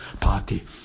party